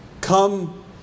Come